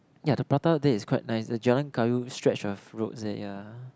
ya the prata there is quite nice the Jalan-Kayu stretch of roads there yeah